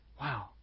Wow